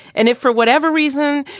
and if for whatever reason,